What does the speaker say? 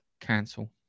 cancel